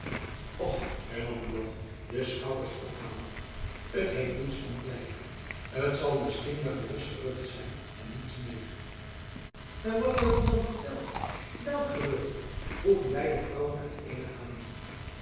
hernam buat de schouders ophalende t heeft niets om t lijf t zal misschien maar een los gerucht zijn en niets meer maar wat wordt er dan verteld welk gerucht vroegen beide vrouwen uit eenen adem